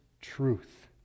truth